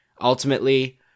ultimately